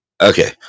Okay